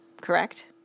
correct